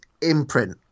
imprint